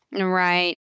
Right